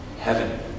heaven